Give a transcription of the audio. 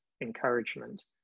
encouragement